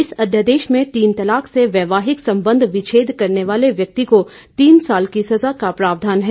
इस अध्यादेश में तीन तलाक से वैवाहिक संबंध विच्छेद करने वाले व्यक्ति को तीन साल की सजा का प्रावधान है